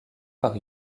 par